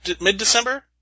mid-December